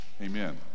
amen